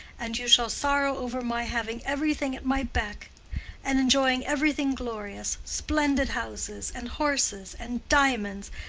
and you shall sorrow over my having everything at my beck and enjoying everything glorious splendid houses and horses and diamonds,